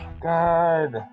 God